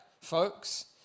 folks